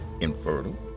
infertile